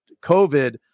COVID